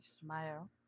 Smile